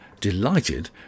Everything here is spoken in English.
delighted